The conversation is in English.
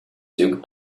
took